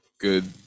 good